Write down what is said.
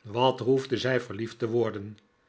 wat hoefde zij verliefd te worden